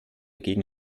gegen